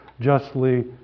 justly